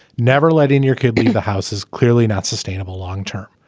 never letting your kids leave the house is clearly not sustainable long term.